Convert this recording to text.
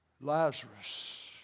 Lazarus